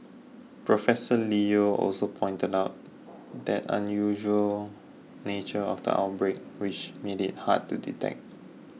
Professor Leo also pointed out the unusual nature of the outbreak which made it hard to detect